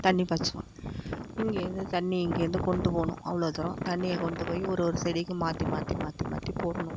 தண்ணி பாய்ச்சுவோம் இங்கிருந்து தண்ணி இங்கிருந்து கொண்டுப் போகணும் அவ்வளோ தூரம் தண்ணியை கொண்டுப் போய் ஒரு ஒரு செடிக்கும் மாற்றி மாற்றி மாற்றி மாற்றி போடணும்